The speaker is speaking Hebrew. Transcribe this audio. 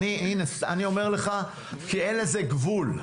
הינה, אני אומר לך, כי אין לזה גבול.